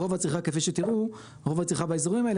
רוב הצריכה כפי שתראו באזורים האלה